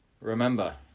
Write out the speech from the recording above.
Remember